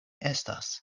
estas